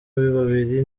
babiri